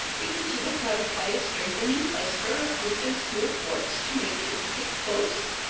because you would not apply a strengthening plaister of goot and smooth worts to make it stick close?